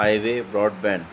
high way broad band